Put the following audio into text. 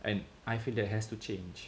and I feel that has to change